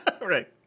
Right